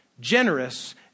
generous